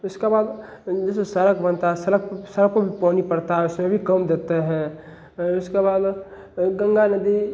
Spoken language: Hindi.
उसका बाद जैसे सड़क बनता है सड़क सड़क पर भी पानी पड़ता है उसमें भी कम देते हैं उसके बाद में गंगा नदी